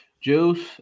Juice